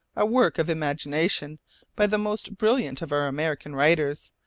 a work of imagination by the most brilliant of our american writers.